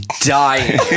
dying